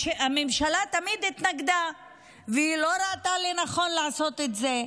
והממשלה תמיד התנגדה ולא ראתה לנכון לעשות את זה,